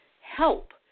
help